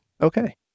Okay